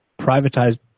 Privatized